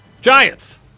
Giants